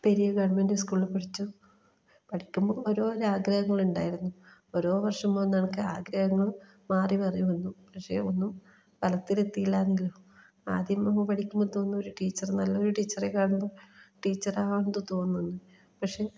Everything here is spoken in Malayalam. പെരിയ ഗവൺമെൻറ് സ്കൂളിൽ പഠിച്ചു പഠിക്കുമ്പോൾ ഓരോരോ ആഗ്രഹങ്ങളുണ്ടായിരുന്നു ഓരോ വർഷം പോകുന്ന കണക്കെ ആഗ്രഹങ്ങളും മാറി മാറി വന്നു പക്ഷേ ഒന്നും ഫലത്തിലെത്തിയില്ലാന്നേയുള്ളൂ ആദ്യം ഒന്ന് പഠിക്കുമ്പം തോന്നും ഒരു ടീച്ചർ നല്ലൊരു ടീച്ചറെ കാണുമ്പോൾ ടീച്ചറാകണമെന്ന് തോന്നും പക്ഷെ